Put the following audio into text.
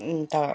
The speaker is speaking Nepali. अन्त